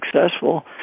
successful